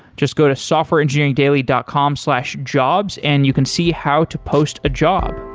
just go to softwareengineeringdaily dot com slash jobs and you can see how to post a job